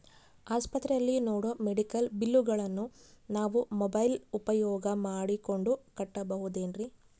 ಆಸ್ಪತ್ರೆಯಲ್ಲಿ ನೇಡೋ ಮೆಡಿಕಲ್ ಬಿಲ್ಲುಗಳನ್ನು ನಾವು ಮೋಬ್ಯೆಲ್ ಉಪಯೋಗ ಮಾಡಿಕೊಂಡು ಕಟ್ಟಬಹುದೇನ್ರಿ?